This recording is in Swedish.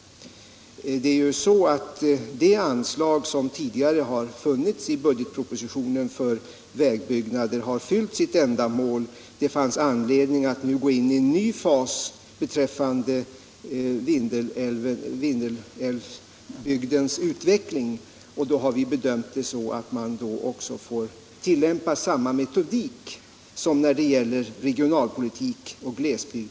De anslag för vägbyggnader som tidigare har därför anledning att gå in i en ny fas i Vindelälvsbygdens utveckling. Tisdagen den Vi bedömde det då så, att man nu får tillämpa samma metodik som 1 februari 1977 används i övrigt för regionalpolitiken när det gäller glesbygd.